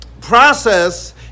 process